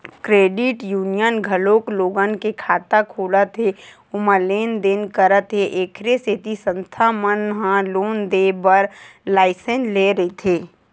credit union घलोक लोगन के खाता खोलत हे ओमा लेन देन करत हे एखरे सेती संस्था मन ह लोन देय बर लाइसेंस लेय रहिथे